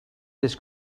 this